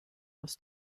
aus